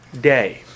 day